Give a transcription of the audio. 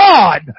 God